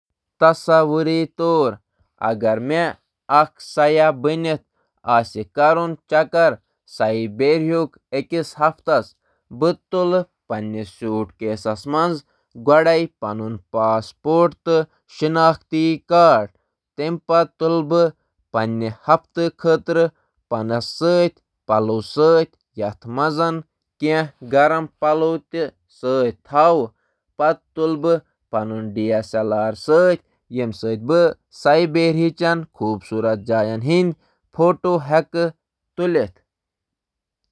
تصور کٔرِو، اگر بہٕ أکِس ہفتس خٲطرٕ بطورِ سیاح سائبیریا گژھان۔ بہٕ کَرٕ اکھ سوٹ کیس پیک یتھ منٛز بہٕ پنُن پاسپورٹ تہٕ شناختی کارڈ تھاوان تہٕ کینٛہہ گرم پلو تُلان تہٕ بہٕ نِنہٕ D S L R camera photo click کرنہٕ خٲطرٕ۔